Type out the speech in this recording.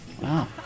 Wow